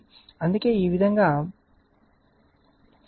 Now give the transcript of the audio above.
అందుకే ఈ విధంగా ఈ పాయింట్ ImωC